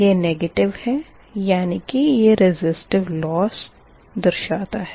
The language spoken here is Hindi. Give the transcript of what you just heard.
यह नेगेटिव है यानी कि ये रेसिस्टिव लॉस दर्शाता है